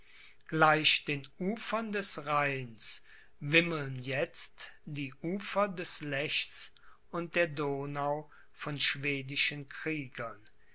gleich den ufern des rheins wimmeln jetzt die ufer des lechs und der donau von schwedischen kriegern